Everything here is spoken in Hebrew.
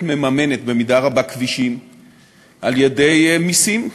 מממנת במידה רבה כבישים על-ידי מסים.